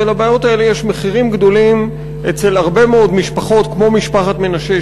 ולבעיות האלה יש מחירים גבוהים אצל הרבה מאוד משפחות כמו משפחת מנשה,